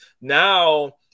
now